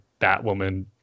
Batwoman